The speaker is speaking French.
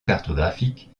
cartographique